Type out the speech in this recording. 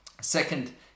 Second